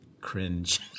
cringe